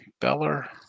Beller